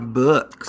books